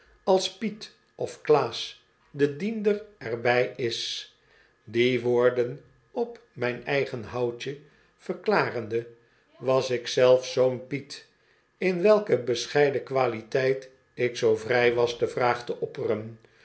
als piet of klaas de diender er bij is die woorden op mijn eigen houtje verklarende was ik zelf zoo'n piet in welke bescheiden kwaliteit ik zoo vrij was de vraag te opperen